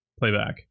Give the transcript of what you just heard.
playback